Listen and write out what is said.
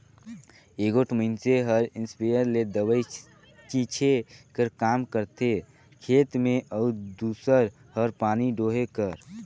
एगोट मइनसे हर इस्पेयर ले दवई छींचे कर काम करथे खेत में अउ दूसर हर पानी डोहे कर